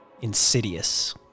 insidious